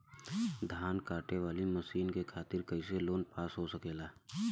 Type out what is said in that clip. धान कांटेवाली मशीन के खातीर कैसे लोन पास हो सकेला?